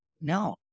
No